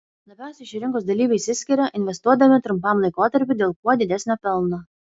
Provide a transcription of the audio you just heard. labiausiai šie rinkos dalyviai išsiskiria investuodami trumpam laikotarpiui dėl kuo didesnio pelno